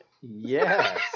Yes